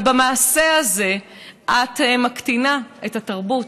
אבל במעשה הזה את מקטינה את התרבות,